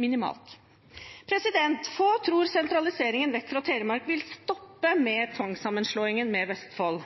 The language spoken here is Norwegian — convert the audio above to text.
Minimalt. Få tror sentraliseringen vekk fra Telemark vil stoppe med tvangssammenslåingen med Vestfold.